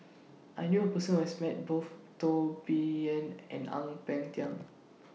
I knew A Person Who has Met Both Teo Bee Yen and Ang Peng Tiam